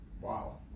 wow